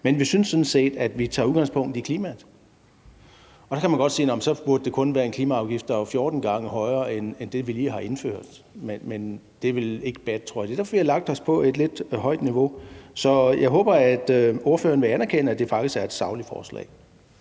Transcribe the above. Men vi synes sådan set, at vi tager udgangspunkt i klimaet. Så kan man godt sige, at det så kun burde være en klimaafgift, der var 14 gange højere end det, vi lige har indført, men det ville ikke batte, tror jeg. Derfor har vi lagt os på et lidt højt niveau. Så jeg håber, at ordføreren vil anerkende, at det faktisk er et sagligt forslag.